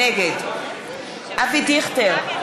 נגד אבי דיכטר,